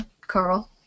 Carl